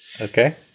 okay